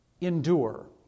endure